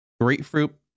grapefruit